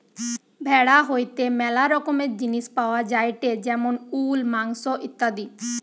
ভেড়া হইতে ম্যালা রকমের জিনিস পাওয়া যায়টে যেমন উল, মাংস ইত্যাদি